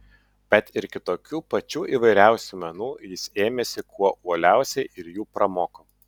bet ir kitokių pačių įvairiausių menų jis ėmėsi kuo uoliausiai ir jų pramoko